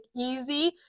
easy